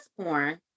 porn